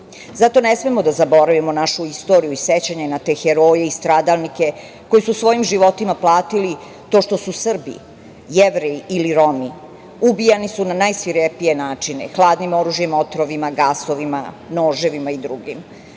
ne smemo da zaboravimo našu istoriju i sećanje na te heroje i stradalnike koji su svojim životima platili to što su Srbi, Jevreji ili Romi. Ubijani su na najsvirepije načine, hladnim oružjem, otrovima, gasovima, noževima i drugim. Danas,